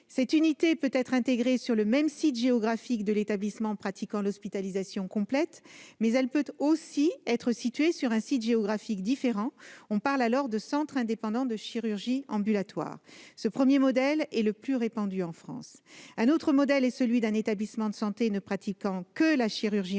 Cette unité peut être intégrée au site géographique de l'établissement pratiquant l'hospitalisation complète ou être située sur un site géographique différent : on parle alors de centre indépendant de chirurgie ambulatoire. Ce premier modèle est le plus répandu en France. Les établissements de santé ne pratiquant que la chirurgie ambulatoire,